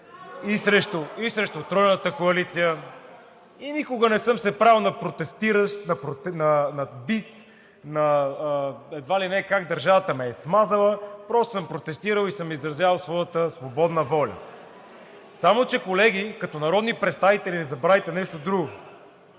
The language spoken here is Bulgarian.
и срещу Тройната коалиция, и никога не съм се правил на протестиращ, на бит и едва ли не как държавата ме е смазала, а просто съм протестирал и съм изразявал своята свободна воля. Само че, колеги, като народни представители не забравяйте нещо друго: